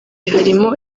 harimo